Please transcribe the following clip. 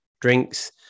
drinks